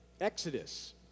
Exodus